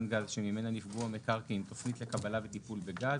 גז שממנה נפגעו המקרקעין תכנית לקבלה וטיפול בגז,